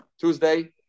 Tuesday